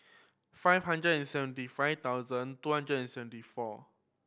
five hundred and seventy five thousand two hundred and seventy four